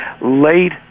Late